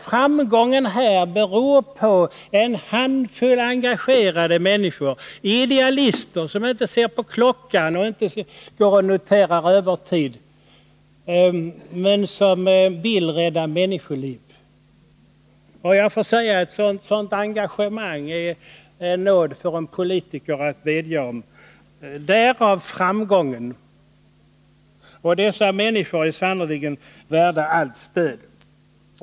Framgången i Malmö beror helt på en handfull engagerade människor — de är idealister, som inte ser på klockan för att notera om de arbetar på övertid, utan de vill rädda människoliv. Ett sådant engagemang är en nåd för en politiker att bedja om — därav framgången. Dessa människor är sannerligen värda allt stöd.